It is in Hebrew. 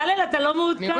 בצלאל, אתה לא מעודכן.